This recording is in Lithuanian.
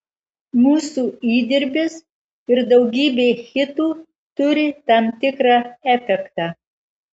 mūsų įdirbis ir daugybė hitų turi tam tikrą efektą